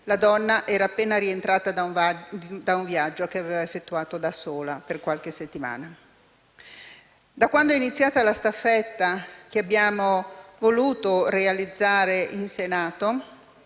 La donna era appena rientrata da un viaggio che aveva effettuato da sola per qualche settimana. Da quando è iniziata la staffetta che abbiamo deciso di effettuare qui in Senato,